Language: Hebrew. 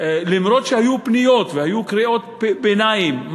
אף שהיו פניות והיו קריאות ביניים,